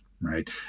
right